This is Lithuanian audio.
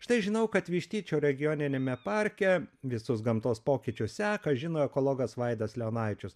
štai žinau kad vištyčio regioniniame parke visus gamtos pokyčius seka žino ekologas vaidas leonavičius